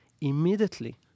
Immediately